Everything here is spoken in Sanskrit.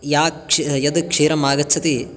या क्षि यद् क्षीरम् आगच्छति